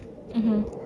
mmhmm